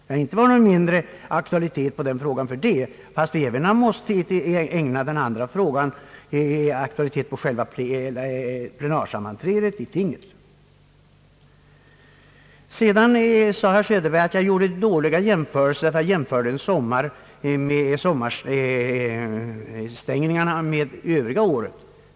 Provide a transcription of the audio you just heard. Det har inte varit någon mindre aktualitet för frågan därför att vi måst ägna den andra frågan uppmärksamhet vid höstens plenarsammanträde med tinget. Herr Söderberg sade också att jag gjorde dåliga jämförelser genom att jämföra sommarstängningen med stängningen Övriga delar av året.